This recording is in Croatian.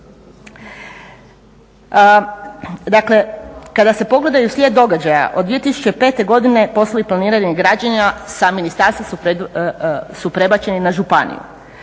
Dakle, kada se pogledaju slijed događaja od 2005. godine poslovi planiranih građenja sa ministarstva su prebačeni na županiju.